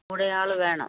കൂടെയാൾ വേണം